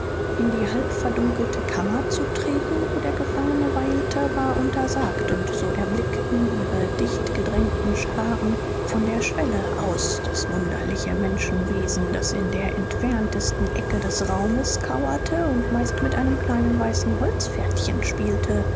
in die halbverdunkelte kammer zu treten wo der gefangene weilte war untersagt und so erblickten ihre dichtgedrängten scharen von der schwelle aus das wunderliche menschenwesen das in der entferntesten ecke des raumes kauerte und meist mit einem kleinen weißen holzpferdchen spielte